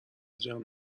جمع